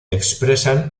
expresan